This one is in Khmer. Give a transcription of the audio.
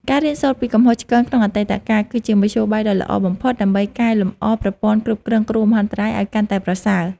ការរៀនសូត្រពីកំហុសឆ្គងក្នុងអតីតកាល គឺជាមធ្យោបាយដ៏ល្អបំផុតដើម្បីកែលម្អប្រព័ន្ធគ្រប់គ្រងគ្រោះមហន្តរាយឱ្យកាន់តែប្រសើរ។